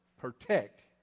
protect